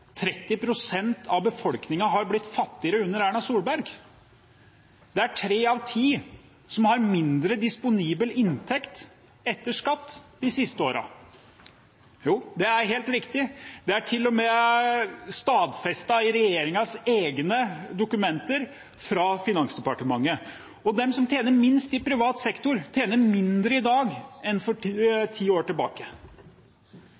av befolkningen har blitt fattigere under Erna Solberg. De siste årene har tre av ti mindre disponibel inntekt etter skatt. Jo, det er helt riktig, og det er til og med stadfestet i regjeringens egne dokumenter fra Finansdepartementet. De som tjener minst i privat sektor, tjener mindre i dag enn for ti